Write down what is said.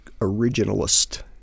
originalist